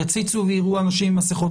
יציצו ויראו אנשים עם מסכות,